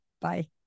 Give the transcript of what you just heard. Bye